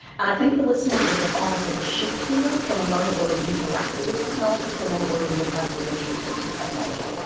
and i think the listening is the promise of a shift here from a moment where we've interacted with technology to a moment where we will have relationships with technology.